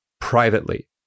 Privately